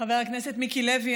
חבר הכנסת מיקי לוי,